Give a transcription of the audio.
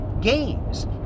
games